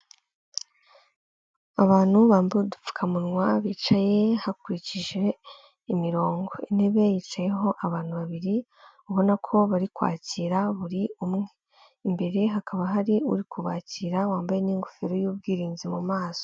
Abantu bambaye udupfukamunwa bicaye hakurikije imirongo, intebe yicayeho abantu babiri ubona ko bari kwakira buri umwe, imbere hakaba hari uri kubakira wambaye n'ingofero y'ubwirinzi mu maso.